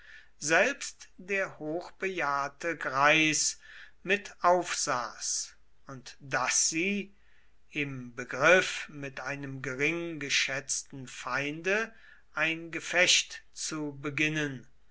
selbst der hochbejahrte greis mit aufsaß und daß sie im begriff mit einem gering geschätzten feinde ein gefecht zu beginnen